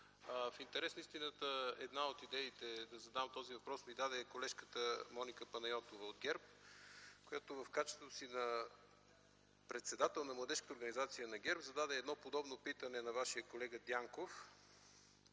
В интерес на истината, една от идеите да задам този въпрос ми даде колежката Моника Панайотова от ГЕРБ, която в качеството си на председател на младежка организация на ГЕРБ зададе подобно питане към Вашия колега Дянков.